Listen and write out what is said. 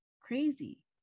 crazy